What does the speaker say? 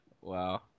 Wow